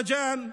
עווג'אן,